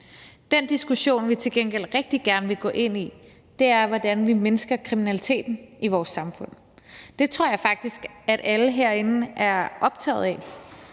Den diskussion, vi til gengæld rigtig gerne vil gå ind i, er om, hvordan vi mindsker kriminaliteten i vores samfund. Det tror jeg faktisk at alle herinde er optaget af